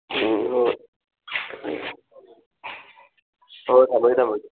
ꯍꯣꯏ ꯍꯣꯏ ꯊꯝꯃꯒꯦ ꯊꯝꯃꯒꯦ